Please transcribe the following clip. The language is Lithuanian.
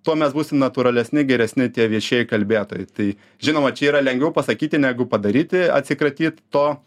tuo mes būsim natūralesni geresni tie viešieji kalbėtojai tai žinoma čia yra lengviau pasakyti negu padaryti atsikratyt to